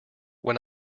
when